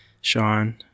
Sean